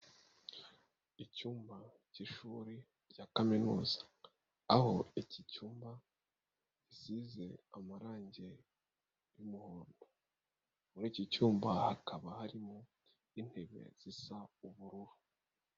Icyumba cy'ishuri rya kaminuza. Aho iki cyumba gizize amarangi y'umuhondo, muri iki cyumba hakaba harimo intebe zisa ubururu.